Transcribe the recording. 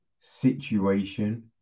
situation